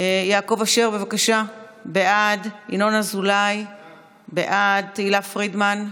יעקב אשר, בעד, ינון אזולאי, בעד, תהלה פרידמן,